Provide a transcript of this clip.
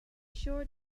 short